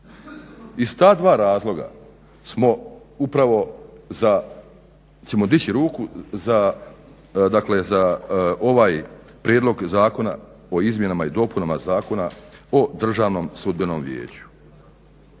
Iz ta dva razloga smo upravo ćemo dići ruku, za dakle za ovaj Prijedlog zakona o izmjenama i dopunama Zakona o Državnom sudbenom vijeću.